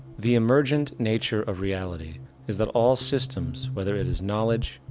the emergent nature of reality is that all systems whether it is knowledge,